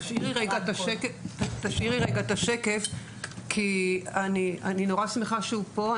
תשאירי רגע את השקף כי אני מאוד שמחה שהוא פה.